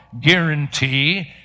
guarantee